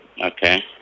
Okay